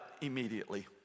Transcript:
immediately